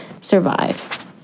survive